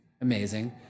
Amazing